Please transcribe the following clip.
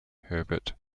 herbert